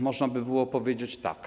Można by było powiedzieć tak.